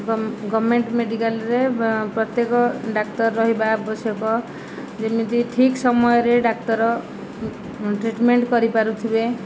government government ମେଡ଼ିକାଲ୍ରେ ପ୍ରତ୍ୟେକ ଡାକ୍ତର ରହିବା ଆବଶ୍ୟକ ଯେମିତି ଠିକ୍ ସମୟରେ ଡାକ୍ତର ଟ୍ରିଟ୍ମେଣ୍ଟ୍ କରିପାରୁଥିବେ